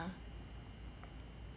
ya